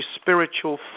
spiritual